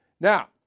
Now